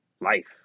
life